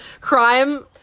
crime